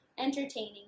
entertaining